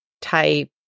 type